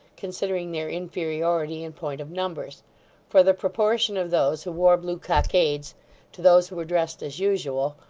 considering their inferiority in point of numbers for the proportion of those who wore blue cockades, to those who were dressed as usual,